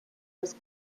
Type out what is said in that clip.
was